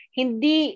hindi